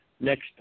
next